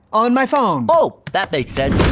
on my phone. oh, that makes sense.